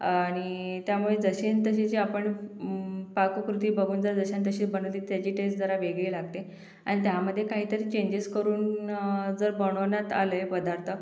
आणि त्यामुळे जशीन् तशी जी आपण पाककृती बघून जर जश्यान् तशी बनवली त्याची टेस् जरा वेगळी लागते आणि त्यामध्ये काहीतरी चेंजेस करून जर बनवण्यात आले पदार्थ